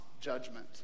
judgment